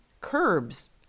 curbs